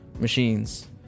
machines